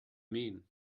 mean